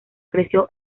creció